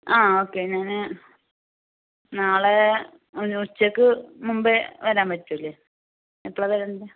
ആ ഓക്കേ ഞാൻ നാളെ ഒരു ഉച്ചക്ക് മുമ്പേ വരാൻ പറ്റൂലേ എപ്പളാ വരണ്ടത്